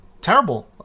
terrible